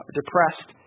depressed